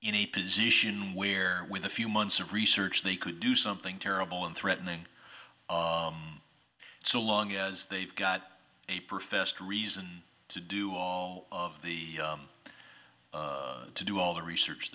in a position where with a few months of research they could do something terrible and threatening so long as they've got a professed reason to do all of the to do all the research